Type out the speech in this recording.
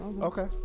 Okay